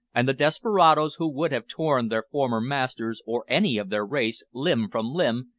and the desperadoes, who would have torn their former masters, or any of their race, limb from limb,